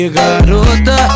garota